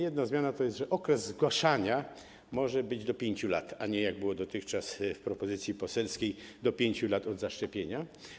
Jedna zmiana jest taka, że okres zgłaszania może wynosić do 5 lat, a nie, jak było dotychczas w propozycji poselskiej, do 5 lat od zaszczepienia.